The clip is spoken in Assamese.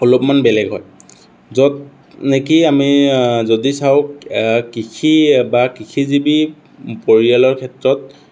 অলপমান বেলেগ হয় য'ত নেকি আমি যদি চাওঁ কৃষি বা কৃষিজীৱী পৰিয়ালৰ ক্ষেত্ৰত